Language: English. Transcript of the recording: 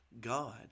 God